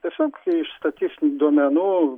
tiesiog iš statistinių duomenų